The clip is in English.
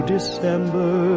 December